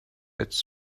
its